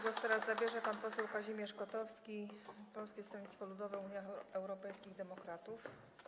Głos teraz zabierze pan poseł Kazimierz Kotowski, Polskie Stronnictwo Ludowe - Unia Europejskich Demokratów.